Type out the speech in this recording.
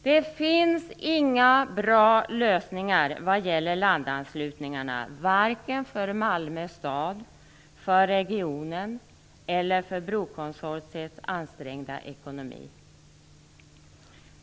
Det finns inga bra lösningar vad gäller landanslutningarna, vare sig för Malmö stad, för regionen eller för brokonsortiets ansträngda ekonomi.